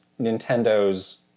Nintendo's